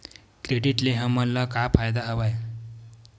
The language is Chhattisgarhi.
क्रेडिट ले हमन ला का फ़ायदा हवय?